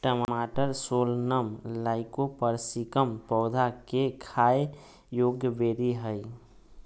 टमाटरसोलनम लाइकोपर्सिकम पौधा केखाययोग्यबेरीहइ